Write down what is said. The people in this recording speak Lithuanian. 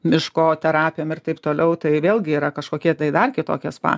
miško terapijom ir taip toliau tai vėlgi yra kažkokie tai dar kitokie spa